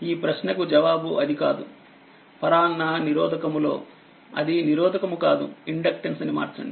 ఈ ప్రశ్నకు జవాబు అది కాదు పరాన్న నిరోధకము లో అది నిరోధకము కాదు ఇండక్టెన్స్ అని మార్చండి